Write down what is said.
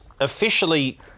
officially